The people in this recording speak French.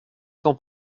qu’en